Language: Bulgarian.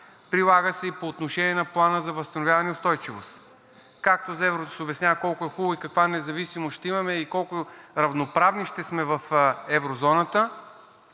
прилага се и по отношение на Плана за възстановяване и устойчивост. Както за еврото се обяснява колко е хубаво и каква независимост ще имаме, и колко равноправни ще сме в еврозоната,